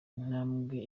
intambwe